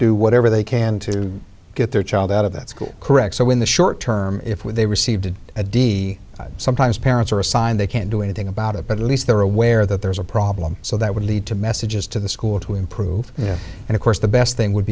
do whatever they can to get their child out of that school correct so when the show short term if they received a d sometimes parents are assigned they can't do anything about it but at least they're aware that there's a problem so that would lead to messages to the school to improve it and of course the best thing would